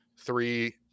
three